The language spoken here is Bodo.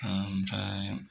आमफ्राय